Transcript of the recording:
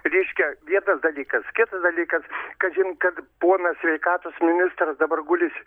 reiškia viena dalykas kitas dalykas kažin kad ponas sveikatos ministras dabar guli